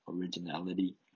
originality